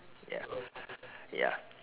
ya ya